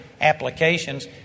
applications